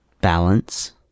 Balance